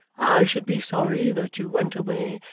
i should be sorry that you went away,